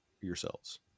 yourselves